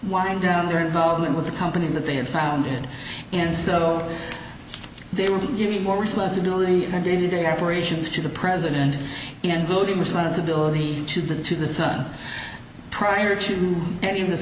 wind down their involvement with the company that they had founded and so they were given more responsibility than did a operations to the president and building responsibility to the to the sun prior to any of this